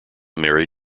mary